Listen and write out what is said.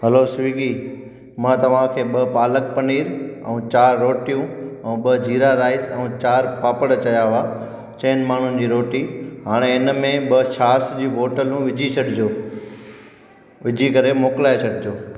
hello Swiggy मां तव्हांखे ॿ पालक पनीर ऐं चारि रोटियूं ऐं ॿ जीरा राइस ऐं चारि पापड़ चयां हुआ चइनि माण्हुनि जी रोटी हाणे इनमें ॿ छाछ जी बोटलूं विझी छॾिजो विझी करे मोकिलाइ छॾिजो